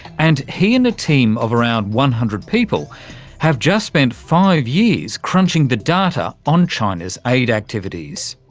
and he and a team of around one hundred people have just spent five years crunching the data on china's aid activities.